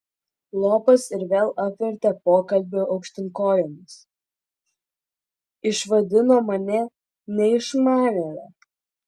lopas ir vėl apvertė pokalbį aukštyn kojomis išvadino mane neišmanėle